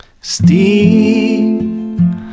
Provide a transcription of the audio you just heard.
Steve